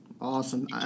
Awesome